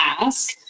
ask